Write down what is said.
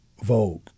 Vogue